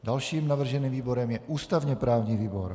Dalším navrženým výborem je ústavněprávní výbor.